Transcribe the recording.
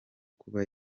kuba